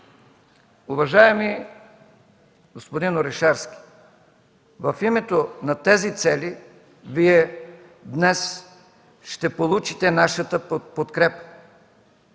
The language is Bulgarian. Уважаеми господин Орешарски, в името на тези цели Вие днес ще получите нашата подкрепа.